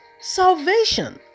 salvation